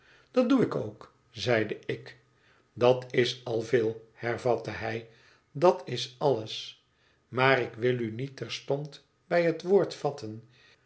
dat doe ik ook zeide ik dat is al veel hervatte hij dat is alles maar ik wil u niet terstond bij het woord vatten